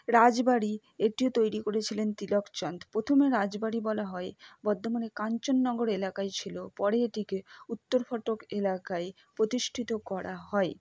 রাজবাড়ি এটিও তৈরি করেছিলেন তিলকচাঁদ প্রথমে রাজবাড়ি বলা হয় বর্ধমানের কাঞ্চননগর এলাকায় ছিল পরে এটিকে উত্তরফটক এলাকায় প্রতিষ্ঠিত করা হয়